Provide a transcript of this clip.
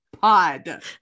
Pod